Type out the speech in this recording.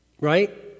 Right